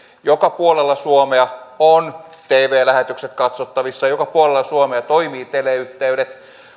joka puolella suomea on tv lähetykset katsottavissa joka puolella suomea toimii teleyhteydet